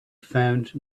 found